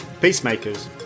peacemakers